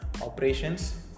operations